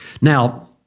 Now